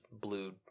blue